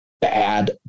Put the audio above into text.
bad